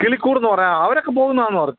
കിളിക്കൂടെന്ന് പറഞ്ഞ അവരൊക്കെ പോകുന്നതാന്ന് പറഞ്ഞു